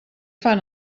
fan